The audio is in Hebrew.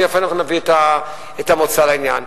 מאיפה אנחנו נביא את המוצא לעניין?